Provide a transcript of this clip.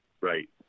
Right